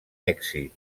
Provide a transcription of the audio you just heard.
èxit